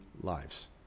lives